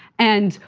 and,